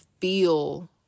feel